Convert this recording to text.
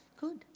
good